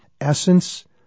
essence